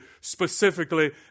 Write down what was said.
specifically